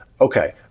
Okay